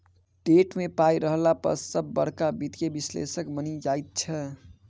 TET मे पाय रहला पर सभ बड़का वित्तीय विश्लेषक बनि जाइत छै